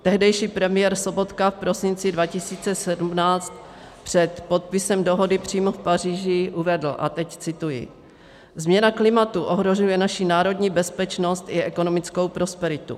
Tehdejší premiér Sobotka v prosinci 2017 před podpisem dohody přímo v Paříži uvedl a teď cituji: Změna klimatu ohrožuje naši národní bezpečnost i ekonomickou prosperitu.